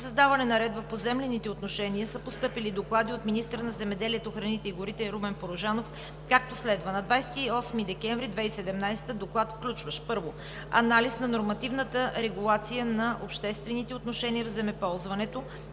създаване на ред в поземлените отношения, са постъпили доклади от министъра на Земеделието, храните и горите Румен Порожанов, както следва: - На 28 декември 2017 г. доклад включващ: 1. Анализ на нормативната регулация на обществените отношения в земеползването,